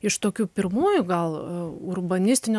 iš tokių pirmųjų gal urbanistinio